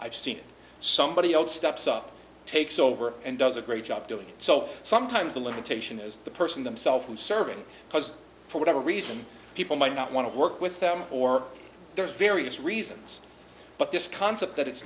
i've seen somebody else steps up takes over and does a great job doing so sometimes the limitation is the person themself from serving because for whatever reason people might not want to work with them or there's various reasons but this concept that it's